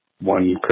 one